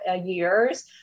years